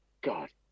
God